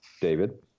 David